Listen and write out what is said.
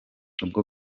ubwo